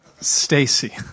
Stacy